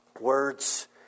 words